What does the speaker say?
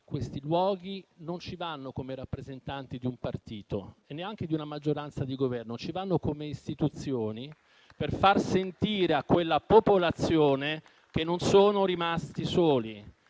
Meloni), non ci vanno come rappresentanti di un partito e neanche di una maggioranza di Governo; ci vanno come istituzioni, per far sentire a quella popolazione che non sono rimasti soli,